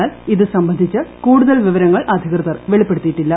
എന്നാൽ ഇതു സംബന്ധിച്ച് കൂടുതൽ വിവരങ്ങൾ അധികൃതർ വെളിപ്പെടുത്തിയിട്ടില്ല